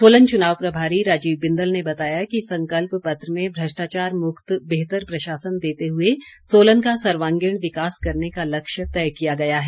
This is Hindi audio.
सोलन चुनाव प्रभारी राजीव बिंदल ने बताया कि संकल्प पत्र में भ्रष्टाचार मुक्त बेहतर प्रशासन देते हुए सोलन का सर्वागीण विकास करने का लक्ष्य तय किया गया है